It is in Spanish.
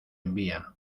envía